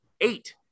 eight